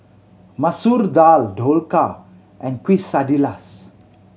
Masoor Dal Dhokla and Quesadillas